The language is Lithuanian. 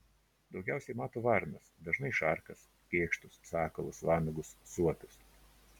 daugiausiai mato varnas dažnai šarkas kėkštus sakalus vanagus suopius